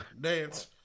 dance